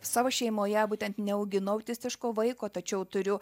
savo šeimoje būtent neauginu autistiško vaiko tačiau turiu